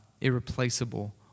irreplaceable